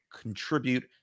contribute